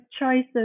choices